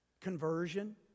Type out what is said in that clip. Conversion